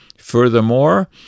Furthermore